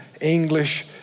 English